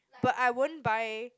but I won't buy